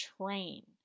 train